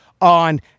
on